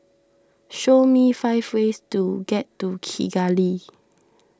show me five ways to get to Kigali